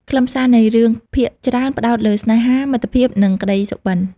ខ្លឹមសារនៃសាច់រឿងភាគច្រើនផ្តោតលើ ស្នេហា មិត្តភាព និង ក្តីសុបិន។